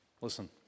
Listen